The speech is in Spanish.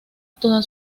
toda